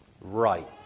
right